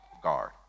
Guard